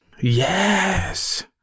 Yes